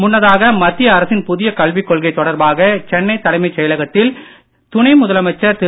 முன்னதாக மத்திய அரசின் புதிய கல்விக் கொள்கை தொடர்பாக சென்னை தலைமைச் செயலகத்தில் துணை முதலமைச்சர் திரு